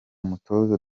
mutoza